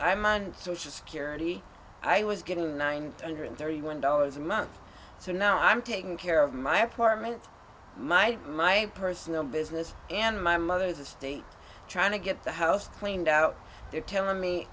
i'm on social security i was getting nine hundred thirty one dollars a month so now i'm taking care of my apartment my my personal business and my mother's estate trying to get the house cleaned out there tell